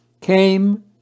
came